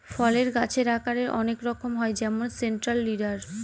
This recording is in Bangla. ফলের গাছের আকারের অনেক রকম হয় যেমন সেন্ট্রাল লিডার